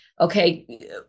okay